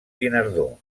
guinardó